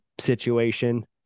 situation